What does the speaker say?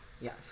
yes